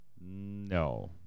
No